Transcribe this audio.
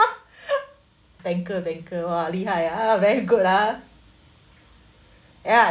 banker banker !wah! ah very good ah ya